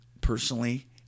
personally